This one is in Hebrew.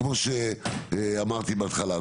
כמו שאמרתי בהתחלה,